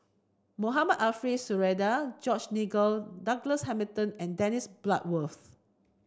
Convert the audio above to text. Mohamed Ariff Suradi George Nigel Douglas Hamilton and Dennis Bloodworth